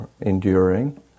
enduring